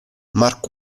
mark